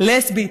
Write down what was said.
לסבית,